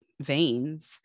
veins